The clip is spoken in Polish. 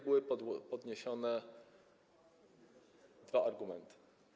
Były tu podniesione dwa argumenty.